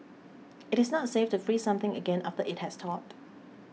it is not safe to freeze something again after it has thawed